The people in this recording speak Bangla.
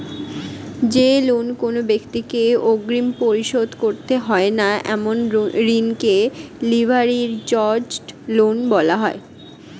যে লোন কোনো ব্যাক্তিকে অগ্রিম পরিশোধ করতে হয় না এমন ঋণকে লিভারেজড লোন বলা হয়